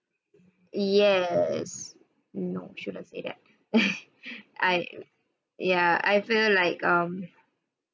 yes no should have say that I ya I feel like um